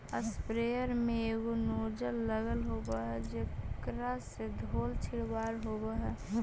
sprayer में एगो nozzle लगल होवऽ हई जेकरा से धोल के छिडकाव होवऽ हई